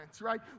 right